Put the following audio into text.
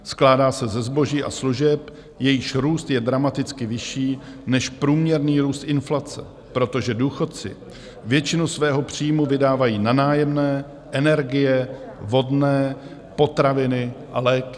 Skládá se ze zboží a služeb, jejichž růst je dramaticky vyšší než průměrný růst inflace, protože důchodci většinu svého příjmu vydávají na nájemné, energie, vodné, potraviny a léky.